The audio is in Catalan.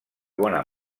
bona